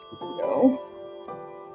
No